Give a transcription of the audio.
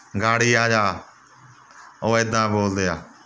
ਗਾੜੀ ਆ ਜਾ ਉਹ ਐਦਾਂ ਬੋਲਦੇ ਆ